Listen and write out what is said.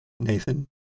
Nathan